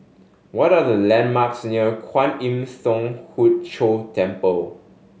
what are the landmarks near Kwan Im Thong Hood Cho Temple